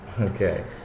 okay